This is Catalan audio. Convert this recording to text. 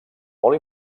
molt